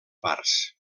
parts